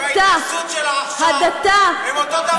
וההתנשאות שלך עכשיו הם אותו דבר.